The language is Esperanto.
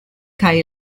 kaj